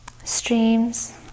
streams